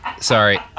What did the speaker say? Sorry